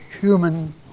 human